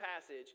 passage